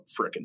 freaking